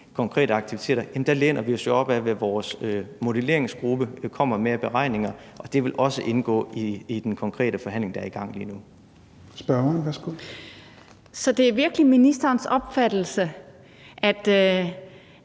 konkrete aktiviteter læner vi os jo op ad, hvad vores modelleringsgruppe kommer med af beregninger, og det vil også indgå i den konkrete forhandling, der er i gang lige nu. Kl. 17:12 Tredje næstformand (Rasmus